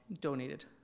donated